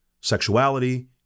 sexuality